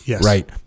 right